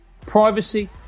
privacy